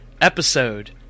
episode